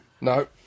No